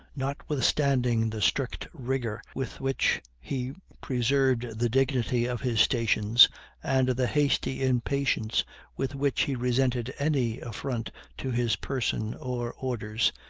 notwithstanding the strict rigor with which he preserved the dignity of his stations and the hasty impatience with which he resented any affront to his person or orders,